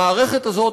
המערכת הזאת,